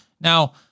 Now